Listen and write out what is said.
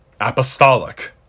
apostolic